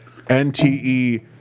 NTE